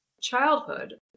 childhood